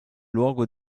luogo